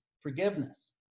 forgiveness